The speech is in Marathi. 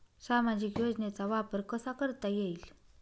सामाजिक योजनेचा वापर कसा करता येईल?